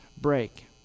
break